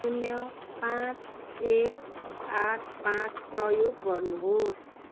शून्य पाँच एक आठ पाँच प्रयोग गर्नुहोस्